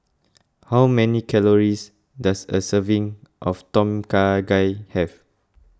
how many calories does a serving of Tom Kha Gai have